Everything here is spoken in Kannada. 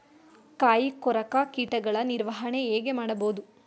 ಕಾಯಿ ಕೊರಕ ಕೀಟಗಳ ನಿರ್ವಹಣೆ ಹೇಗೆ ಮಾಡಬಹುದು?